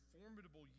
formidable